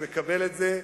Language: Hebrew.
אני מקבל את זה.